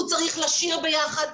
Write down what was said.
הוא צריך לשיר ביחד,